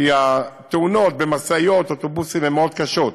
כי התאונות במשאיות ובאוטובוסים הן מאוד קשות.